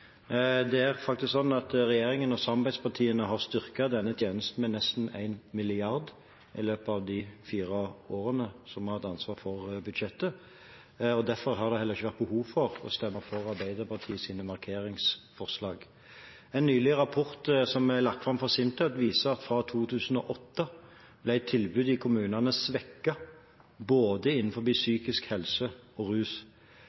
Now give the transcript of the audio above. Det er faktisk sånn at regjeringen og samarbeidspartiene har styrket denne tjenesten med nesten 1 mrd. kr i løpet av de fire årene som vi har hatt ansvar for budsjettet, og derfor har det heller ikke vært behov for å stemme for Arbeiderpartiets markeringsforslag. En rapport som nylig er lagt fram fra SINTEF, viser at fra 2008 ble tilbudet i kommunene svekket innenfor både psykisk helse og rus.